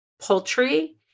poultry